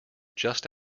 just